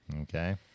Okay